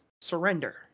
surrender